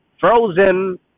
frozen